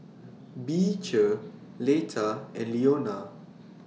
Beecher Leta and Leona